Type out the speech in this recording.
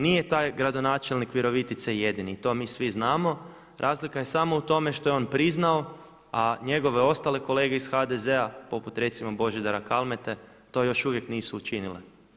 Nije taj gradonačelnik Virovitice jedini, to mi svi znamo, razlika je samo u tome što je on priznao, a njegove ostale kolege iz HDZ-a poput recimo Božidara Kalmete, to još uvijek nisu učinile.